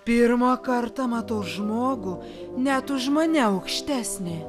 pirmą kartą matau žmogų net už mane aukštesnį